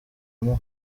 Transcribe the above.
amuha